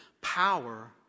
Power